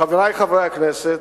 חברי חברי הכנסת,